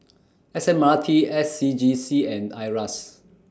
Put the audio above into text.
S M R T S C G C and IRAS